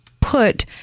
put